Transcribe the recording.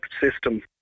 system